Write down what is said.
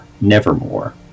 Nevermore